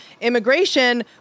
immigration